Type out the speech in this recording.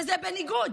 וזה בניגוד